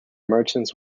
merchants